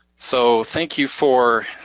so thank you for